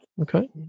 Okay